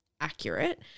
accurate